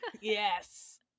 Yes